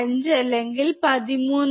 5 അല്ലെങ്കിൽ 13